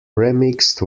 remixed